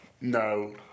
No